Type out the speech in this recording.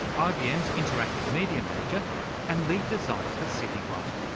ah ibm's interactive media manager and lead designer for cityone.